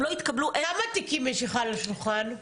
כמה תיקים יש לך על השולחן?